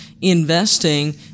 investing